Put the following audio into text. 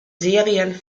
serien